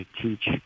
teach